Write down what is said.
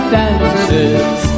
dances